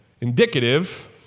indicative